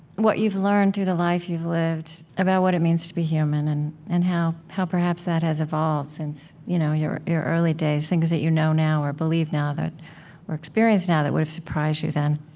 what you've learned through the life you've lived about what it means to be human, and and how how perhaps that has evolved since you know your your early days things that you know now or believe now or experience now that would have surprised you then